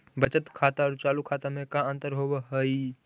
बचत खाता और चालु खाता में का अंतर होव हइ?